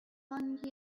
one